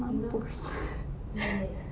mampus